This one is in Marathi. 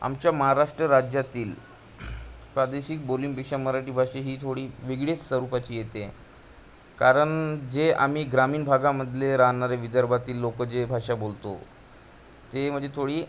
आमच्या महाराष्ट्र राज्यातील प्रादेशिक बोलींपेक्षा मराठी भाषा ही थोडी वेगळीच स्वरूपाची येते कारण जे आम्ही ग्रामीण भागामधले राहणारे विदर्भातील लोक जे भाषा बोलतो ते म्हणजे थोडी